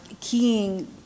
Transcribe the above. keying